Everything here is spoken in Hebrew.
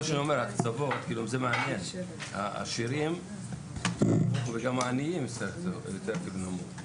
יאסר חוג'יראת (רע"מ, הרשימה הערבית המאוחדת):